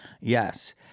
Yes